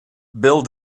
bill